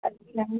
अच्छा